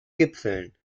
gipfeln